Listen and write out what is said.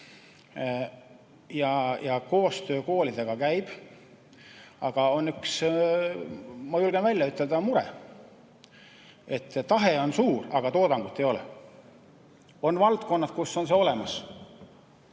ja koostöö koolidega käib, aga on üks, ma julgen välja ütelda, mure: tahe on suur, aga toodangut ei ole. On valdkonnad, kus on see olemas,